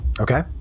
Okay